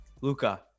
Luca